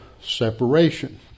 separation